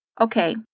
Okay